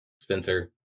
Spencer